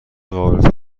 قابل